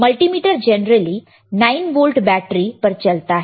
multimeter generally 9 volt battery पर चलता है